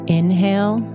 Inhale